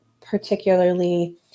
particularly